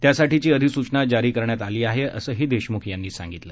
त्यासाठीची अधिसूचना जारी करण्यात आली आहे असंही देशम्ख यांनी सांगितलं